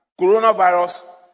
coronavirus